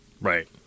Right